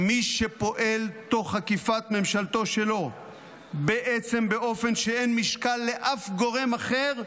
מי שפועל תוך עקיפת ממשלתו שלו בעצם באופן שאין משקל לאף גורם אחר,